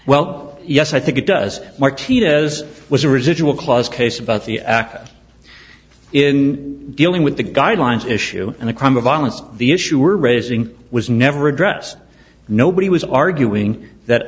well yes i think it does martinez was a residual clause case about the act in dealing with the guidelines issue and the crime of violence the issue we're raising was never addressed nobody was arguing that